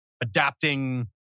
adapting